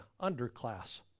underclass